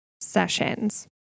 sessions